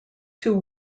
two